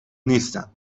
نیستم